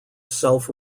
self